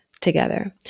together